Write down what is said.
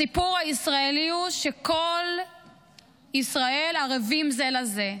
הסיפור הישראלי הוא שכל ישראל ערבים זה לזה.